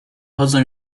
chodzą